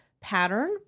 pattern